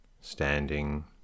standing